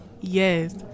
Yes